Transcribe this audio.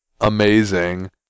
amazing